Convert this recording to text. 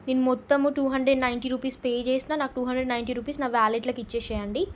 నేను మొత్తము two hundred ninety rupees pay చేసిన నాకు టూ హండ్రెడ్ నైంటీ రూపీస్ నా వాలెట్లోకి ఇచ్చేసేయండి